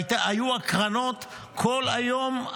והיו הקרנות כל היום.